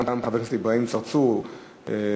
גם חבר הכנסת אברהים צרצור ויתר,